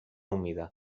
humida